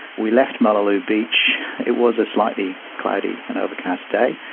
we left mullaloo beach, it was a slightly cloudy and overcast day,